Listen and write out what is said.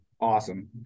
Awesome